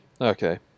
Okay